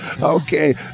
Okay